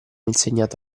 insegnato